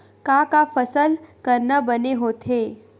का का फसल करना बने होथे?